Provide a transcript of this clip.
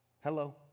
Hello